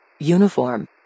Uniform